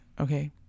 okay